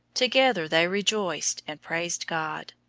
together they rejoiced and praised god,